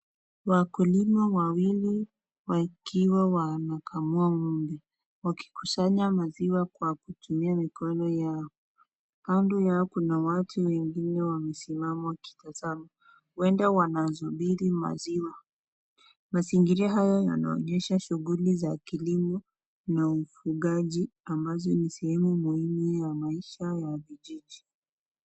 Wakulima wawili wakiwa wanakamua ng'ombe wakikusanya maziwa kwa kutumia mikono yao. Kando yao kuna watu wengine wamesimama wakitazama huenda wanasubiri maziwa. Mazingira hayo yanaonyesha shughuli za kilimo na ufugaji ambazo ni sehemu muhimu ya maisha ya vijiji.